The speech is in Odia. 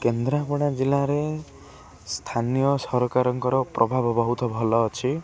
କେନ୍ଦ୍ରାପଡ଼ା ଜିଲ୍ଲାରେ ସ୍ଥାନୀୟ ସରକାରଙ୍କର ପ୍ରଭାବ ବହୁତ ଭଲ ଅଛି